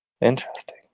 interesting